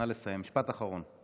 נא לסיים, משפט אחרון.